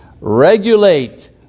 regulate